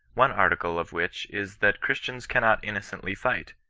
one article of which is that christians cannot innocently fight,